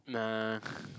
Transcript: nah